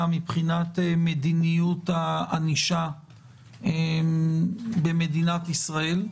מבחינת מדיניות הענישה במדינת ישראל,